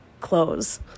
clothes